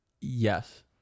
Yes